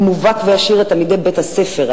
הוא מובהק וישיר לתלמידי בית-הספר,